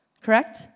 Correct